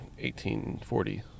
1840